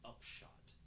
Upshot